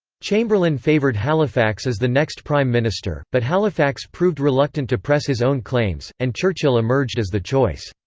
chamberlain favoured halifax as the next prime minister, but halifax proved reluctant to press his own claims, and churchill emerged as the choice.